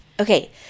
Okay